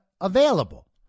available